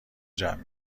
جمع